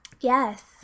Yes